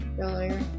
earlier